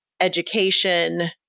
education